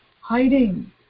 hiding